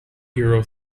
hero